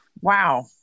wow